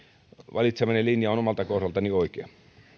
valitsemani linja on omalta kohdaltani oikea